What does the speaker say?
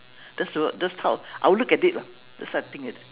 that's the word that's how I will look at it lah that's what I think